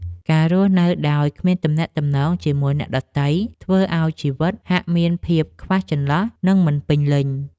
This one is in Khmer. ការរស់នៅដោយគ្មានទំនាក់ទំនងជាមួយអ្នកដទៃ ធ្វើឱ្យជីវិតហាក់មានភាពខ្វះចន្លោះនិងមិនពេញលេញ។